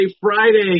Friday